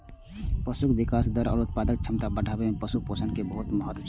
पशुक विकास दर आ उत्पादक क्षमता बढ़ाबै मे पशु पोषण के बहुत महत्व छै